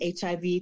HIV